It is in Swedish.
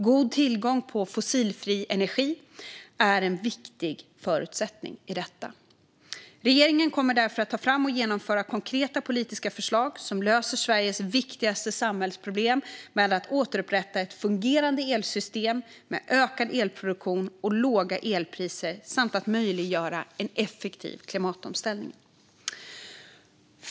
God tillgång på fossilfri energi är en viktig förutsättning. Regeringen kommer därför att ta fram och genomföra konkreta politiska förslag som löser Sveriges viktigaste samhällsproblem genom att återupprätta ett fungerande elsystem med ökad elproduktion och låga elpriser samt möjliggöra en effektiv klimatomställning.